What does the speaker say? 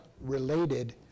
related